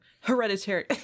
hereditary